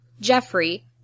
Jeffrey